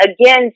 again